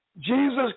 Jesus